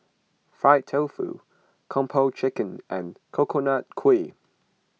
Fried Tofu Kung Po Chicken and Coconut Kuih